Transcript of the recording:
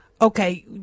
Okay